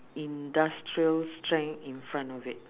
industrial strength in front of it